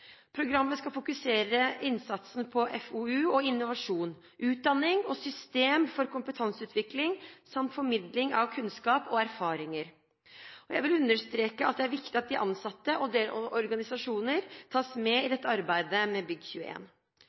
Programmet skal fokusere innsatsen på FoU og innovasjon, utdanning og system for kompetanseutvikling samt formidling av kunnskap og erfaringer. Jeg vil understreke at det er viktig at de ansatte og deres organisasjoner tas med i dette arbeidet med Bygg21. Arbeiderpartiet støtter at regjeringen sammen med Faglig råd for bygg-